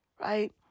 right